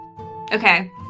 Okay